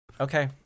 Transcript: Okay